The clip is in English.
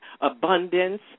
abundance